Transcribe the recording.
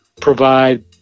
provide